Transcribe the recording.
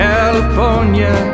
California